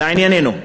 לענייננו.